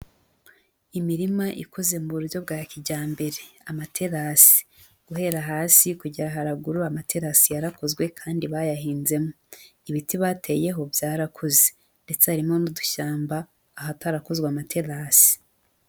Imirima ikoze mu buryo bwa kijyambere, amaterari, guhera hasi ku kujya haraguru amaterasi yarakozwe kandi bayahinzemo. Ibiti bateyeho byarakuze. Ndetse haririmo n'udushyamba ahatarakozwe amaterasi.